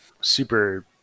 super